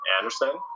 Anderson